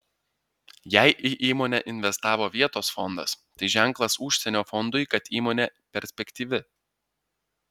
jei į įmonę investavo vietos fondas tai ženklas užsienio fondui kad įmonė perspektyvi